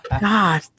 God